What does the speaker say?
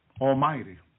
Almighty